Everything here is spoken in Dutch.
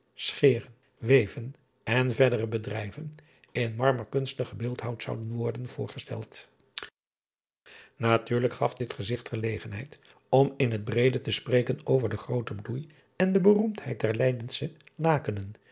scheren weven en verdere bedrijven in marmer kunstig gebeeldhouwd zouden worden voorgesteld atuurlijk gaf dit gezigt gelegenheid om in het breede te spreken over den grooten bloei en de beroemdheid der eydsche akenen